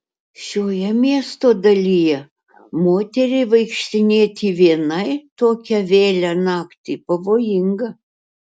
šioje miesto dalyje moteriai vaikštinėti vienai tokią vėlią naktį pavojinga